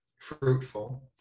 fruitful